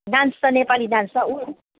dance त Nepali dance त ऊ